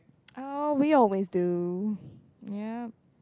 oh we always do yup